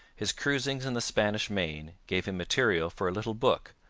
his cruisings in the spanish main gave him material for a little book,